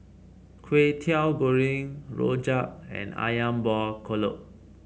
Kway Teow Goreng rojak and ayam Buah Keluak